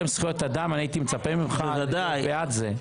זכויות אדם הייתי מצפה ממך להיות בעד זה.